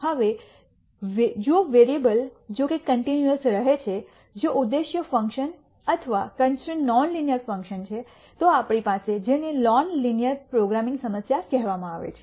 હવે જો વેરીએબલ જોકે કન્ટિન્યૂઅસ રહે છે જો ઉદ્દેશ્ય ફંકશન અથવા કન્સ્ટ્રૈન્ટ નોન લિનિયર ફંકશન છે તો આપણી પાસે જેને નોનલિનિયર પ્રોગ્રામિંગ સમસ્યા કહેવામાં આવે છે